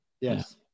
Yes